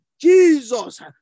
Jesus